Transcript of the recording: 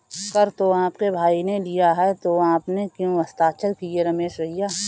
कर तो आपके भाई ने लिया है तो आपने क्यों हस्ताक्षर किए रमेश भैया?